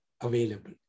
available